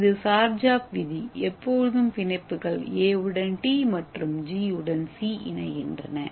இது சார்ஜாஃப் விதி டி மற்றும் ஜி உடன் எப்போதும் பிணைப்புகள் எப்போதும் சி உடன் இணைகின்றன